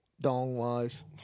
Dong-wise